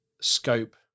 scope